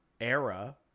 era